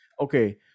okay